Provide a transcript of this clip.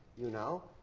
you know.